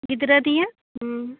ᱜᱤᱫᱽᱨᱟᱹ ᱫᱤᱭᱟᱹ ᱦᱮᱸ